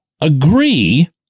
agree